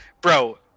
bro